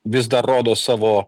vis dar rodo savo